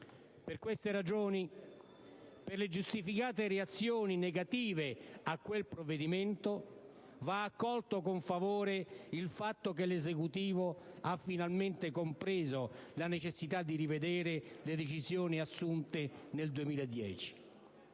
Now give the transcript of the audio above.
Per queste ragioni, per le giustificate reazioni negative a quel provvedimento, va accolto con favore il fatto che l'Esecutivo ha finalmente compreso la necessità di rivedere le decisioni assunte nel 2010.